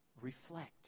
Reflect